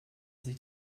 sich